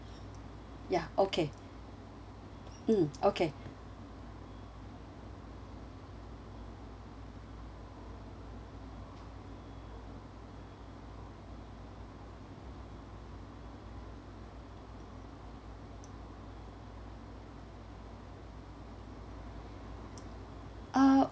ya okay mm okay uh